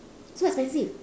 so expensive